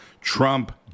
Trump